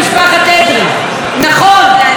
צריך להעריך את משפחת אדרי,